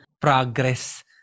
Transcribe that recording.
progress